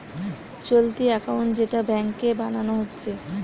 চলতি একাউন্ট যেটা ব্যাংকে বানানা হচ্ছে